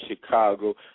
Chicago